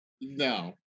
No